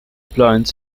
plants